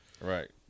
Right